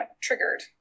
triggered